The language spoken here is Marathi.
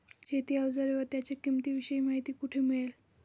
शेती औजारे व त्यांच्या किंमतीविषयी माहिती कोठे मिळेल?